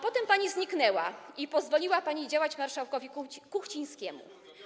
Potem pani zniknęła i pozwoliła pani działać marszałkowi Kuchcińskiemu.